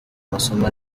amasomo